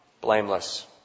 Blameless